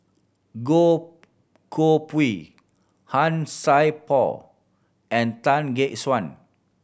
Goh Koh Pui Han Sai Por and Tan Gek Suan